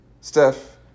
Steph